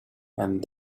and